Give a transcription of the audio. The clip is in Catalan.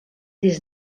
des